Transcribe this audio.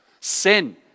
Sin